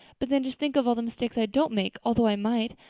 but then just think of all the mistakes i don't make, although i might.